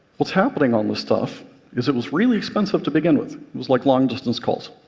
what's happening on this stuff is it was really expensive to begin with. it was like long-distance calls.